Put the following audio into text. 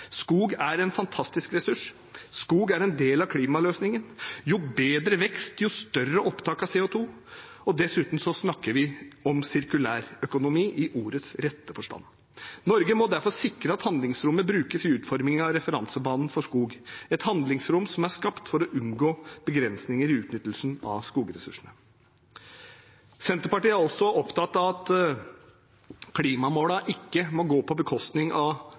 Skog er en fantastisk ressurs. Skog er en del av klimaløsningen – jo bedre vekst, jo større opptak av CO 2 . Dessuten snakker vi om sirkulærøkonomi i ordets rette forstand. Norge må derfor sikre at handlingsrommet brukes i utformingen av referansebanen for skog – et handlingsrom som er skapt for å unngå begrensninger i utnyttelsen av skogressursene. Senterpartiet er også opptatt av at klimamålene ikke må gå på bekostning av